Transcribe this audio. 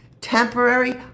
temporary